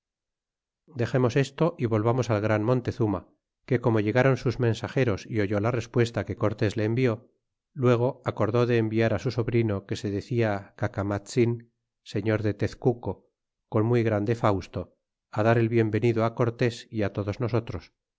dexemos esto y volvamos al gran montezuma que como llegron sus mensageros é oyó la respuesta que cortés le envió luego acordó de enviar su sobrino que se decia cacamatzin señor de tezcuco con muy gran fausto dar el bien venido cortés y todos nosotros